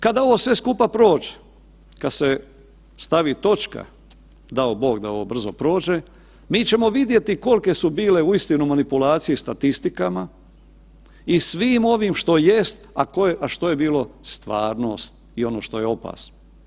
Kada ovo sve skupa prođe, kad se stavi točka, dao Bog da ovo brzo prođe, mi ćemo vidjeti kolike su bile uistinu manipulacije statistikama i svim ovim što jest, a što je bilo stvarnost i ono što je opasno.